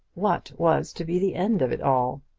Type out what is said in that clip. what was to be the end of it all?